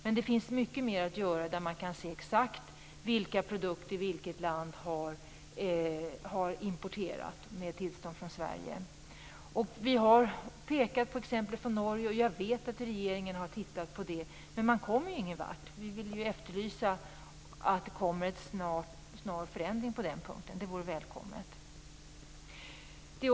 Men det finns mycket mer att göra för att man skall se exakt vilka produkter som har exporterats och vilket land som har importerat krigsmateriel med tillstånd från Sverige. Det finns exempel från Norge. Jag vet att regeringen har tittat på dessa, men man kommer ingen vart. Jag efterlyser en snar förändring på den punkten. Det vore välkommet.